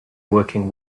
working